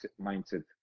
mindset